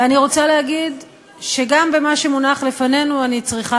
ואני רוצה להגיד שגם במה שמונח לפנינו אני צריכה